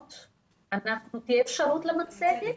האם תהיה אפשרות להציג מצגת?